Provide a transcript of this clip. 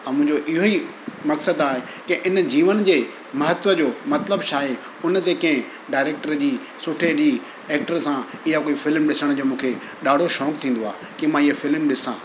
ऐं मुंहिंजो इहो ई मक़सदु आहे की इन जीवन जे महत्व जो मतिलबु छा आहे हुन ते के डाइरेक्टर जी सुठे ॾींहुं एक्टर सां इहा कोई फिल्म ॾिसण जो मूंखे ॾाढो शौक़ु थींदो आहे की मां इहा फिल्म ॾिसां